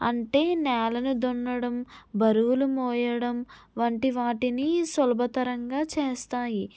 అంటే నేాలను దున్నడం బరువులు మోయడం వంటి వాటిని సులభతరంగా చేస్తాయి